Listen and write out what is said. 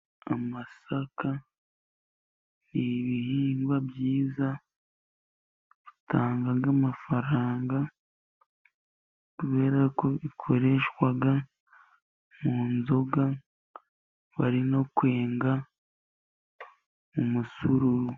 Amasaka ni ibihingwa byiza, bitanga amafaranga, kubera ko bikoreshwa mu nzoga, bari no kwenga umusururu.